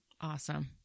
Awesome